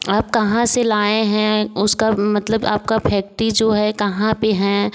आप कहाँ से लाए हैं उसका मतलब आपका फैक्टी जो है कहाँ पे है